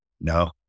No